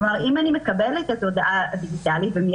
זאת אומרת,